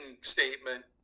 statement